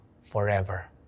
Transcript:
forever